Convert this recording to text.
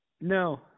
No